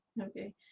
okay